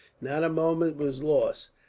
not a moment was lost,